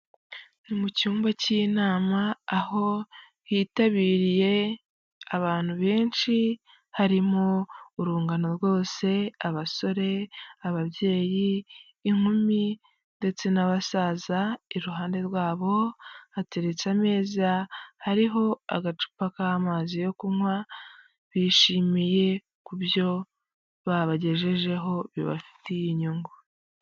Ni mu cyumba cy'inama aho hitabiriye abantu benshi harimo urungano rwose abasore, ababyeyi, inkumi , ndetse n'abasaza iruhande rwabo hateretse ameza hariho agacupa k'amazi yo kunywa bishimiye ku byo babagejejeho bibafitiye inyungu.